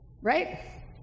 Right